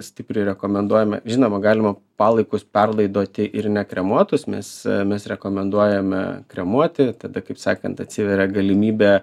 stipriai rekomenduojame žinoma galima palaikus perlaidoti ir ne kremuotus mes mes rekomenduojame kremuoti tada kaip sakant atsiveria galimybė